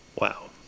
Wow